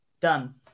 Done